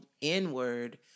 inward